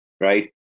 right